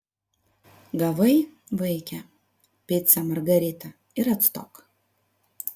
gavai vaike picą margaritą ir atstok